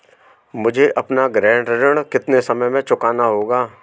मुझे अपना गृह ऋण कितने समय में चुकाना होगा?